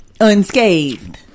unscathed